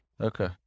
Okay